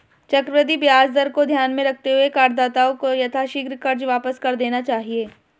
चक्रवृद्धि ब्याज दर को ध्यान में रखते हुए करदाताओं को यथाशीघ्र कर्ज वापस कर देना चाहिए